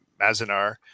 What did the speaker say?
Mazinar